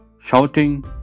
Shouting